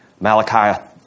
Malachi